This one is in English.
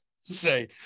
say